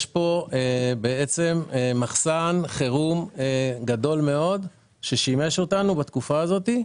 יש פה מחסן חירום גדול מאוד ששימש אותנו בתקופה הזאת.